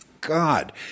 God